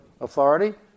Authority